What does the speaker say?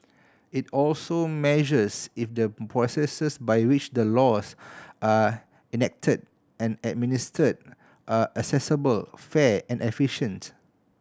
it also measures if the processes by which the laws are enacted and administered are accessible fair and efficient